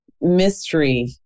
mystery